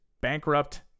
bankrupt